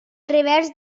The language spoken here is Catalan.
revers